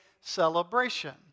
celebration